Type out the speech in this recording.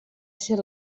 ser